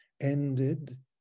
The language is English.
ended